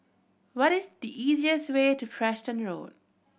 what is the easiest way to Preston Road